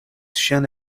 ŝiajn